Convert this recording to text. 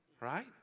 right